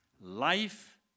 life